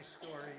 story